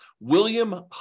William